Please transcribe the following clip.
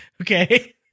Okay